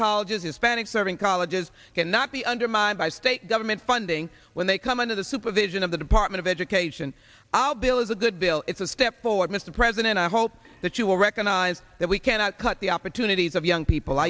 colleges hispanic serving colleges cannot be undermined by state government funding when they come under the supervision of the department of education our bill is a good bill it's a step forward mr president i hope that you will recognize that we cannot cut the opportunities of young people